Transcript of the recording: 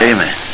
Amen